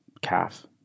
calf